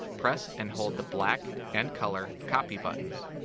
press and hold the black and color copy buttons.